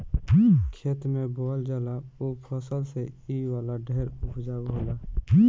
खेत में बोअल जाला ऊ फसल से इ वाला ढेर उपजाउ होला